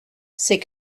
c’est